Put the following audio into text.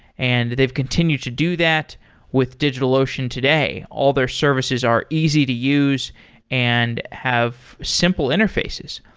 and they've continued to do that with digitalocean today. all their services are easy to use and have simple interfaces.